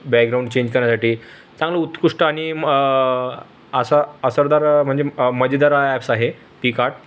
background change करण्यासाठी चांगलं उत्कृष्ट आणि असा असरदार म्हणजे मजेदार हा ॲप्स आहे पिकआर्ट